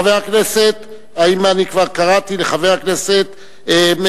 חבר הכנסת האם אני כבר קראתי לחבר הכנסת בן-סימון?